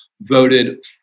voted